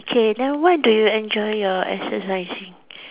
K then where do you enjoy your exercising